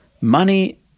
Money